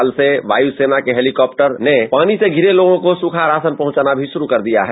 कल से वायुसेना के हेलीकाप्टर से पानी से घिरे लोगों को सुखा राशन पहुँचाना भी शुरु कर दिया गया है